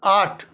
আট